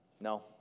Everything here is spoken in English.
No